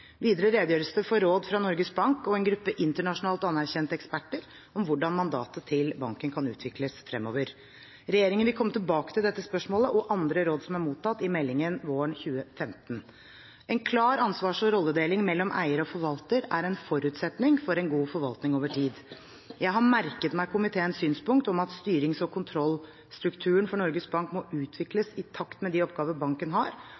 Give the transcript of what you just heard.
Videre redegjøres det for råd fra Norges Bank og en gruppe internasjonalt anerkjente eksperter om hvordan mandatet til banken kan utvikles fremover. Regjeringen vil komme tilbake til dette spørsmålet og andre råd som er mottatt, i meldingen våren 2015. En klar ansvars- og rolledeling mellom eier og forvalter er en forutsetning for en god forvaltning over tid. Jeg har merket meg komiteens synspunkt om at styrings- og kontrollstrukturen for Norges Bank må utvikles i takt med de oppgavene banken har,